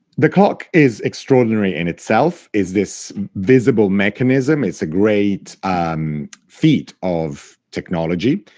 the clock is extraordinary in itself, is this visible mechanism. it's a great feat of technology,